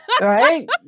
right